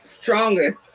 strongest